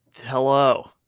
Hello